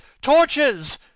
Torches